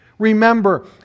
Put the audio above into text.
Remember